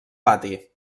pati